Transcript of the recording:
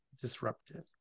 disruptive